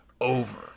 over